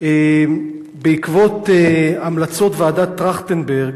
בעקבות המלצות ועדת-טרכטנברג